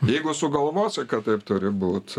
jeigu sugalvosi kad taip turi būt